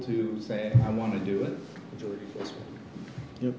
to say i want to do it do you know